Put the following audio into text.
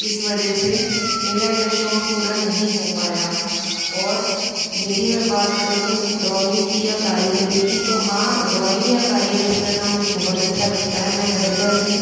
इस वजह से मेरा यह शौक पूरा नही हो पाया और यदि मैं बात करूँ ड्राइंग की या कारीगरी की तो हाँ ड्राइंग या कारीगरी करना मुझे बहुत अच्छा लगता है मैं घर पर भी